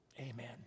Amen